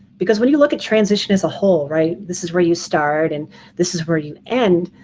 because when you look at transition as a whole right, this is where you start and this is where you end,